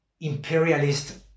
imperialist